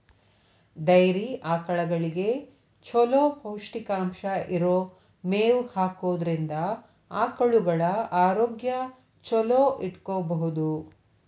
dairy ಆಕಳಗಳಿಗೆ ಚೊಲೋ ಪೌಷ್ಟಿಕಾಂಶ ಇರೋ ಮೇವ್ ಹಾಕೋದ್ರಿಂದ ಆಕಳುಗಳ ಆರೋಗ್ಯ ಚೊಲೋ ಇಟ್ಕೋಬಹುದು